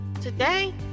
Today